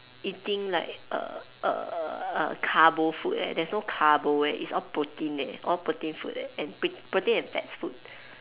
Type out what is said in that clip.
eating like err err err err carbo food eh there's no carbo eh it's all protein eh all protein food eh and pr~ protein and fats food